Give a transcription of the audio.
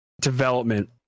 development